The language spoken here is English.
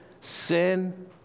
sin